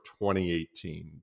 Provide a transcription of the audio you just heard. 2018